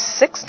six